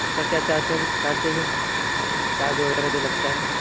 اُس کا کیا چارجیز ہے چارج وغیرہ جو لگتا ہے